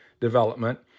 development